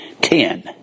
ten